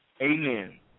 Amen